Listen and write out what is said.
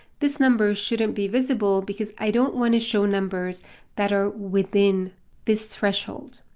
this number shouldn't be visible because i don't want to show numbers that are within this threshold.